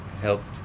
helped